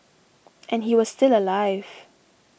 and he was still alive